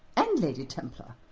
and lady templar.